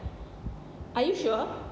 are you sure